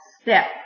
STEP